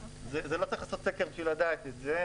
לא צריך לעשות סקר כדי לדעת את זה.